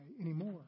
anymore